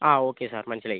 ആ okay sir മനസ്സിലായി